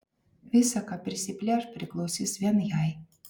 visa ką prisiplėš priklausys vien jai